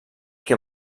que